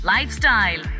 Lifestyle